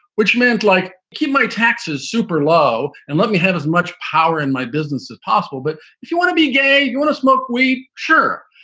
which meant like keep my taxes super low and let me have as much power in my business as possible. but if you want to be gay, you want to smoke weed. sure.